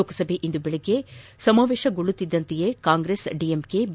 ಲೋಕಸಭೆ ಇಂದು ದೆಳಗ್ಗೆ ಸಮಾವೇಶಗೊಳ್ಳುತ್ತಿದ್ದಂತೆಯೇ ಕಾಂಗ್ರೆಸ್ ಡಿಎಂಕೆ ಬಿ